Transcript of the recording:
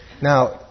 Now